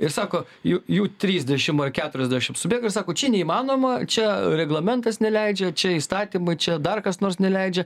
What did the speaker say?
ir sako jų jų trisdešim ar keturiasdešim subėga ir sako čia neįmanoma čia reglamentas neleidžia čia įstatymai čia dar kas nors neleidžia